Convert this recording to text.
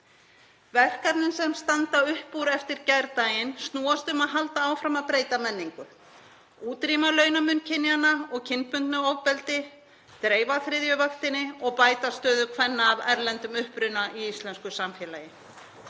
Verkefnin sem standa upp úr eftir gærdaginn snúast um að halda áfram að breyta menningu, útrýma launamun kynjanna og kynbundnu ofbeldi, dreifa þriðju vaktinni og bæta stöðu kvenna af erlendum uppruna í íslensku samfélagi.